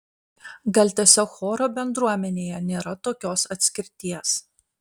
gal tiesiog choro bendruomenėje nėra tokios atskirties